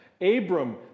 Abram